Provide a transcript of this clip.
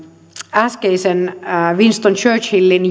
äskeiselle winston churchillin